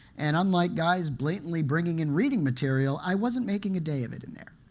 and unlike guys blatantly bringing in reading material, i wasn't making a day of it in there.